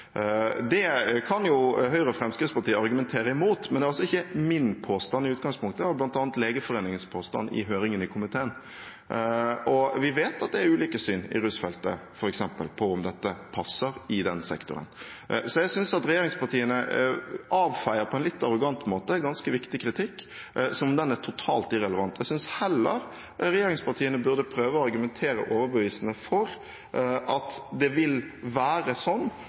Det kan jo Høyre og Fremskrittspartiet argumentere imot, men det er altså ikke min påstand i utgangspunktet, det var bl.a. Legeforeningens påstand i høringen i komiteen. Vi vet at det innen rusfeltet, f.eks., er ulike syn på om dette passer i denne sektoren. Så jeg synes at regjeringspartiene avfeier, på en litt arrogant måte, ganske viktig kritikk som om den er totalt irrelevant. Jeg synes heller regjeringspartiene burde prøve å argumentere overbevisende for at